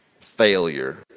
Failure